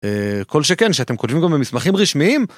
כל שכן שאתם כותבים גם במסמכים רשמיים.